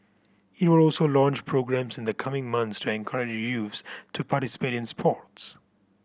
it will also launch programmes in the coming months to encourage youths to participate in sports